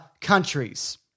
countries